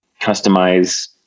customize